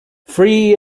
free